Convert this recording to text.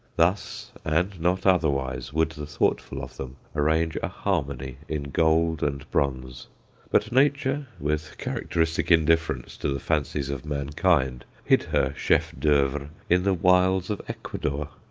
thus, and not otherwise, would the thoughtful of them arrange a harmony in gold and bronze but nature, with characteristic indifference to the fancies of mankind, hid her chef-d'oeuvre in the wilds of ecuador.